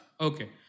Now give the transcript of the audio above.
Okay